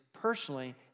personally